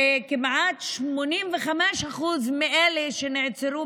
כמעט 85% מאלה שנעצרו,